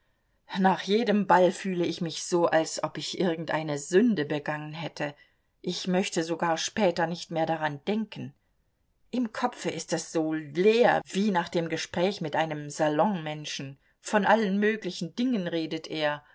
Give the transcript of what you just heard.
nach jedem ball fühle ich mich so als ob ich irgendeine sünde begangen hätte ich möchte sogar später nicht mehr daran denken im kopfe ist es so leer wie nach dem gespräch mit einem salonmenschen von allen möglichen dingen redet er